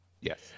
Yes